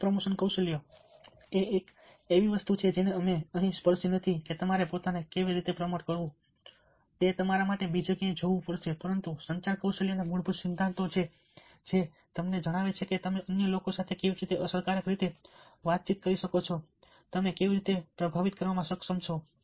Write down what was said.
સ્વ પ્રમોશન કૌશલ્ય એ એક એવી વસ્તુ છે જેને અમે અહીં સ્પર્શી નથી કે તમારે પોતાને કેવી રીતે પ્રમોટ કરવું તે માટે તમારે બીજે ક્યાંય જોવું પડશે પરંતુ સંચાર કૌશલ્યના મૂળભૂત સિદ્ધાંતો જે તમને જણાવે છે કે તમે અન્ય લોકો સાથે કેવી રીતે અસરકારક રીતે વાતચીત કરી શકો છો તમે કેવી રીતે પ્રભાવિત કરવામાં સક્ષમ છો